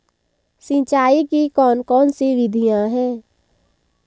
सिंचाई की कौन कौन सी विधियां हैं?